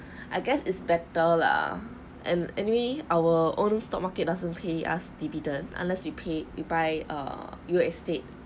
I guess it's better lah and anyway our own stock market doesn't pay us dividend unless you pay you buy err you estate